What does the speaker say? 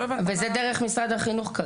וזה כרגע דרך משרד החינוך.